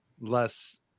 less